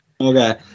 Okay